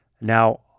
Now